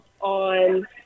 on